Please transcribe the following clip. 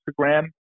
Instagram